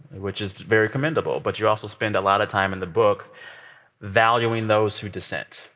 which is very commendable. but you also spend a lot of time in the book valuing those who dissent,